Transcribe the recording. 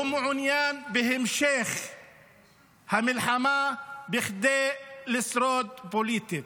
הוא מעוניין בהמשך המלחמה כדי לשרוד פוליטית.